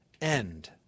end